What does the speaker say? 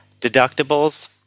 deductibles